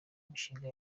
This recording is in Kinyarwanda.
mishinga